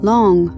Long